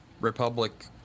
Republic